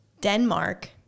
Denmark